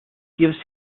gives